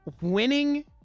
Winning